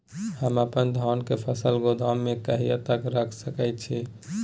हम अपन धान के फसल गोदाम में कहिया तक रख सकैय छी?